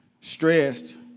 stressed